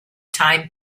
time